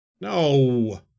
no